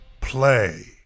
play